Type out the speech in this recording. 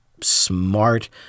smart